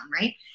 right